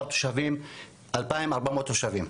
יש לנו 2,400 תושבים.